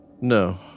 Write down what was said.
No